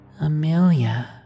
Amelia